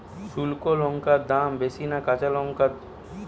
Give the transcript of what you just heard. শুক্নো লঙ্কার দাম বেশি না কাঁচা লঙ্কার?